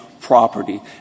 property